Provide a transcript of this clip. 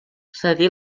cedí